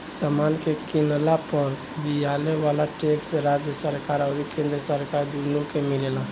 समान के किनला पर दियाये वाला टैक्स राज्य सरकार अउरी केंद्र सरकार दुनो के मिलेला